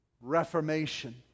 reformation